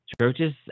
Churches